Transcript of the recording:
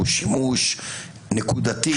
שהוא שימוש נקודתי